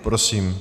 Prosím.